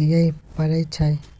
दियै परै छै